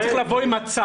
הוא צריך לבוא עם הצעה,